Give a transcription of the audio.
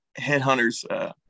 Headhunters